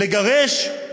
לגרש?